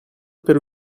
per